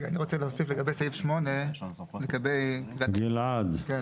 אני רוצה להוסיף לגבי סעיף 8. אני מציע,